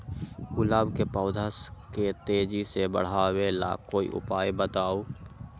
गुलाब के पौधा के तेजी से बढ़ावे ला कोई उपाये बताउ?